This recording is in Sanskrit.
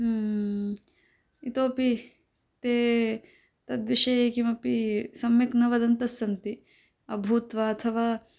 इतोपि ते तद्विषये किमपि सम्यक् न वदन्तस्सन्ति अभूत्वा अथवा